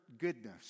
goodness